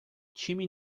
chimney